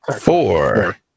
four